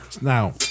Now